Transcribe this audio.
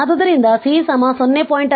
ಆದ್ದರಿಂದ C 0